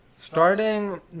Starting